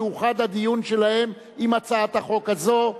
יאוחד הדיון בהן עם הדיון בהצעת החוק הזאת,